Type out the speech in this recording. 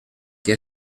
que